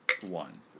one